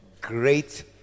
great